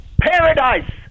paradise